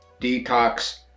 Detox